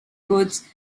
goods